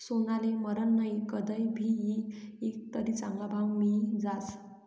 सोनाले मरन नही, कदय भी ईकं तरी चांगला भाव मियी जास